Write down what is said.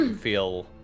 feel